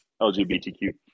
lgbtq